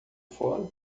fora